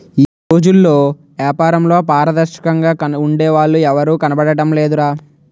ఈ రోజుల్లో ఏపారంలో పారదర్శకంగా ఉండే వాళ్ళు ఎవరూ కనబడడం లేదురా